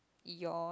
eat yours